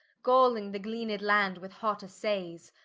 galling the gleaned land with hot assayes,